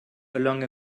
along